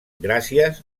gràcies